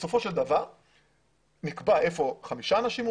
בסופו של דבר נקבע היכן עומדים חמישה אנשים,